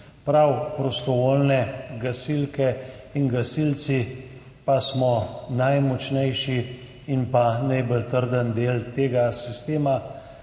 Prav prostovoljne gasilke in gasilci pa smo najmočnejši in najbolj trden del tega sistema.